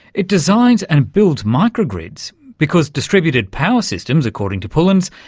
it designs and builds micro-grids because distributed power systems, according to pullins,